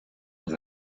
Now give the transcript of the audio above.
dans